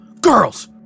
Girls